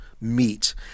meet